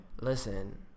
Listen